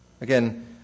again